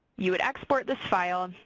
you would export this file